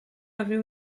avait